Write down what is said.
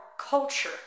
culture